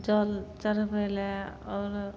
जल चढ़बै लए आओर